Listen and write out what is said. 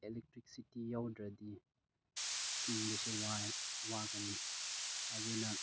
electricity ꯌꯥꯎꯗ꯭ꯔꯗꯤ ꯍꯤꯡꯕꯁꯦ ꯋꯥꯏ ꯋꯥꯒꯅꯤ ꯑꯗꯨꯅ